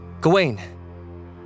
Gawain